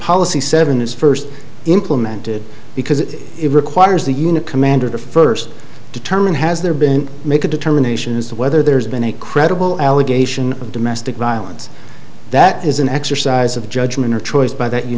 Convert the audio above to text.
policy seven is first implemented because it requires the unit commander to first determine has there been make a determination as to whether there's been a credible allegation of domestic violence that is an exercise of judgment or choice by that